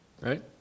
right